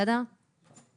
אנחנו